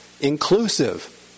inclusive